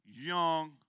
young